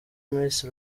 misi